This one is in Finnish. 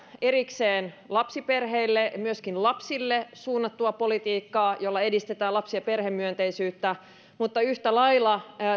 erikseen lapsiperheille myöskin lapsille suunnattua politiikkaa jolla edistetään lapsi ja perhemyönteisyyttä että yhtä lailla